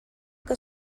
que